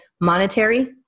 monetary